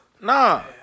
nah